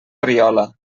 riola